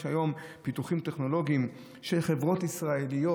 יש היום פיתוחים טכנולוגיים של חברות ישראליות,